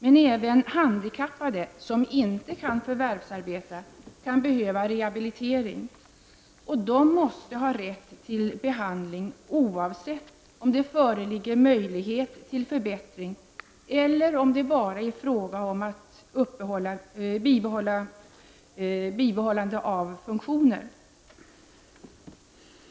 Men även handikappade som inte kan förvärvsarbeta kan behöva rehabilitering, och de måste ha rätt till behandling, oavsett om det föreligger möjlighet till förbättring eller om det endast är fråga om ett bibehållande av funktioner.